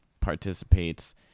participates